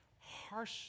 harsh